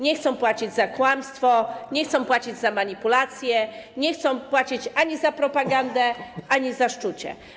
Nie chcą płacić za kłamstwo, nie chcą płacić za manipulacje, nie chcą płacić ani za propagandę, ani za szczucie.